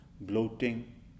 bloating